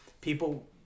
People